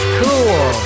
cool